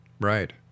right